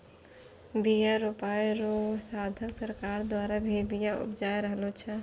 बिया रोपाय रो साधन सरकार द्वारा भी बिया उपजाय रहलो छै